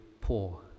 poor